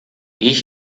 ich